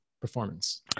performance